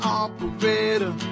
operator